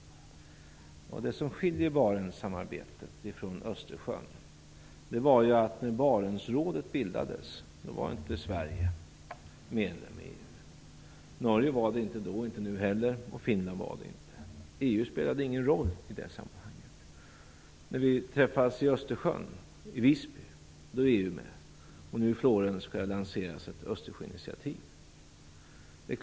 Det som skiljer Barentssamarbetet från Östersjösamarbetet är att när Barentsrådet bildades var Sverige inte medlem i EU. Norge var det inte då, och är det inte heller nu. Finland var inte heller medlem. EU spelade ingen roll i det sammanhanget. När vi nu träffas i Östersjösamarbetet, i Visby, är EU med. I Florens skall nu ett Östersjöinitiativ lanseras.